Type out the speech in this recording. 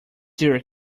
your